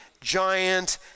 giant